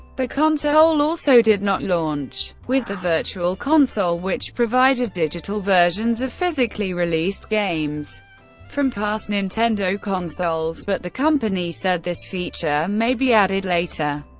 the console also did not launch with the virtual console, which provided digital versions of physically released games from past nintendo consoles, but the company said this feature may be added later.